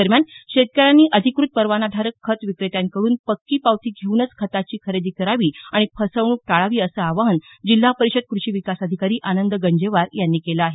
दरम्यान शेतकऱ्यांनी अधिकृत परवानाधारक खत विक्रेत्यांकडून पक्की पावती घेऊनच खताची खरेदी करावी आणि फसवणूक टाळावी असं आवाहन जिल्हा परिषद कृषी विकास अधिकारी आनंद गंजेवार यांनी केलं आहे